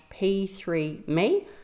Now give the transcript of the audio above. p3me